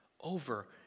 over